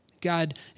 God